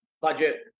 budget